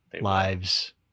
lives